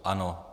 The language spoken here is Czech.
Ano.